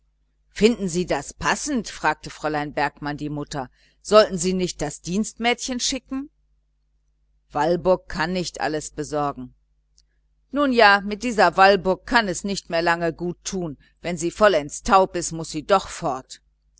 finden sie das passend fragte fräulein bergmann die mutter sollten sie nicht das dienstmädchen schicken walburg kann nicht alles besorgen nun ja mit dieser walburg kann es nicht mehr lange gut tun wenn sie vollends ganz taub ist muß sie doch fort